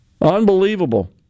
Unbelievable